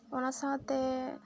ᱚᱱᱟ ᱥᱟᱶᱛᱮ